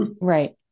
Right